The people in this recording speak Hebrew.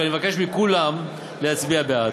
ואני מבקש מכולם להצביע בעד.